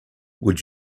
would